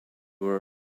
were